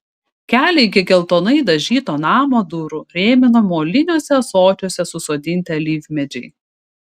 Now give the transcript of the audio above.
kelią iki geltonai dažyto namo durų rėmino moliniuose ąsočiuose susodinti alyvmedžiai